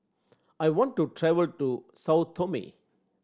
I want to travel to Sao Tome